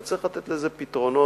וצריך לתת לזה פתרונות.